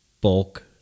Bulk